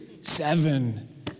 seven